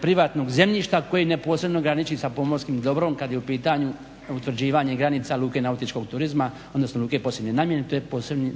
privatnog zemljišta koji neposredno graniči sa pomorskim dobrom kad je u pitanju utvrđivanje granica luke nautičkog turizma odnosno luke posebne namjene. To je